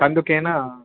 कन्दुकेन